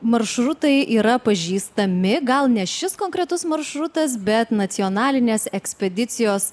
maršrutai yra pažįstami gal ne šis konkretus maršrutas bet nacionalinės ekspedicijos